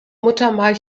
muttermal